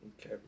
Okay